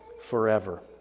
forever